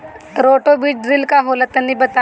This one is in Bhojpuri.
रोटो बीज ड्रिल का होला तनि बताई?